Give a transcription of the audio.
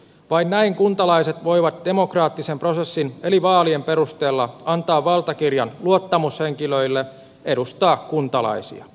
vain näin kuntalaiset voivat demokraattisen prosessin eli vaalien perusteella antaa valtakirjan luottamushenkilöille edustaa kuntalaisia